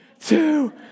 two